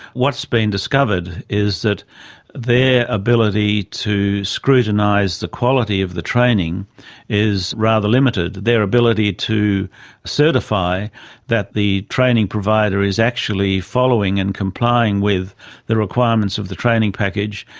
what has been discovered is that their ability to scrutinise the quality of the training is rather limited. their ability to certify that the training provider is actually following and complying with the requirements of the training package,